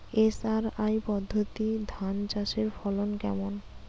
SRI পদ্ধতি ধান চাষের ফলন কেমন?